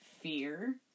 fear